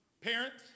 Parents